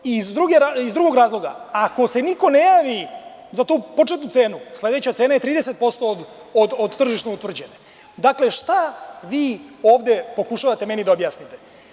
Iz drugog razloga, ako se niko ne javi za tu početnu cenu, sledeća cena je 30% od tržišno utvrđene cene, dakle, šta vi ovde pokušavate meni da objasnite?